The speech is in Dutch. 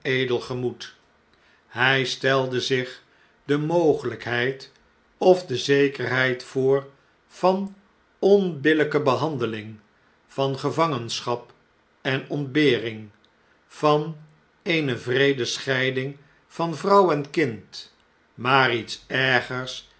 edel gemoed hjj stelde zich de mogelph'eid of de zekerheid voor van onbillpe behandeling van gevangenschap en ontbering van eene wreede scheiding van vrouw en kind maar iets ergers